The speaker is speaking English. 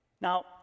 Now